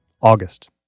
August